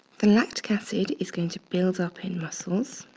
the lactic acid is going to build up in muscles,